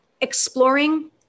exploring